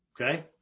Okay